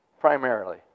Primarily